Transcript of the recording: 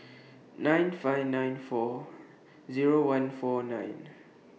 nine five nine four Zero one four nine